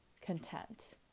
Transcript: content